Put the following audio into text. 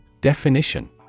Definition